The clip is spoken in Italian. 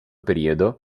periodo